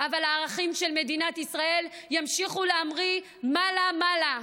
ואנחנו בעיצומו של מסע בפנייה גם למוסדות האו"ם,